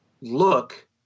look